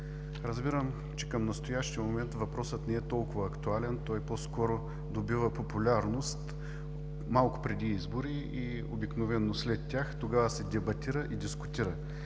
разбирам, че към настоящия момент въпросът не е толкова актуален. Той по-скоро добива популярност малко преди избори и обикновено след тях. Тогава се дебатира и дискутира,